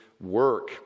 work